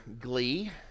glee